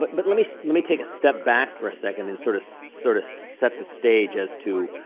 but but let me let me take a step back for a second and sort of sort of set the stage as to